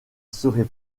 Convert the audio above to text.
serait